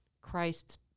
Christ's